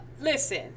Listen